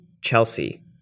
Chelsea